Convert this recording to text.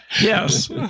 Yes